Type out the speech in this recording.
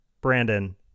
Brandon